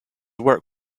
work